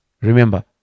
Remember